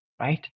right